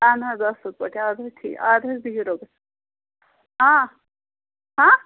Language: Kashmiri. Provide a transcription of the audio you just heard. اہن حظ اصل پٲٹھۍ اد حظ ٹھیٖک اد حط بِہِو رۄبَس